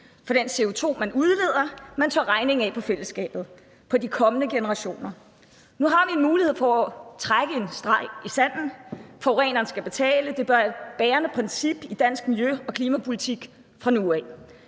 for den CO2 man udleder, man tørrer regningen af på fællesskabet, på de kommende generationer. Nu har vi en mulighed for at trække en streg i sandet. Forureneren skal betale, det er det bærende princip i dansk miljø- og klimapolitik fra nu af.